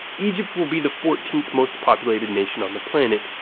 egypt will be the fourteenth most-populated nation on the planet,